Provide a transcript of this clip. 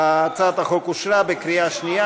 הצעת החוק התקבלה בקריאה שנייה.